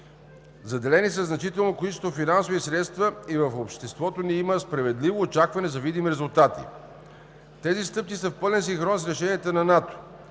Заделени са значително количество финансови средства и в обществото ни има справедливо очакване за видими резултати. Тези стъпки са в пълен синхрон с решенията на НАТО.